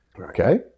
Okay